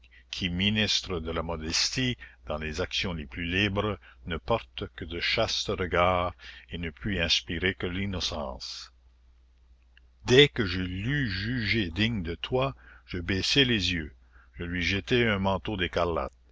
qui ministre de la modestie dans les actions les plus libres ne porte que de chastes regards et ne puis inspirer que l'innocence dès que je l'eus jugée digne de toi je baissai les yeux je lui jetai un manteau d'écarlate